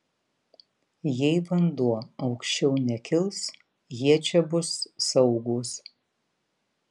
jei vanduo aukščiau nekils jie čia bus saugūs